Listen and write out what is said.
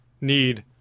need